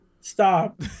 Stop